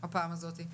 בפעם הזאת,